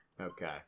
Okay